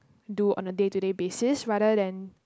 do on a day to day basis rather than